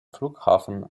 flughafen